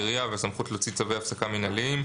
ירייה וסמכות להוציא צווי הפסקה מינהליים.